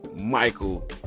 Michael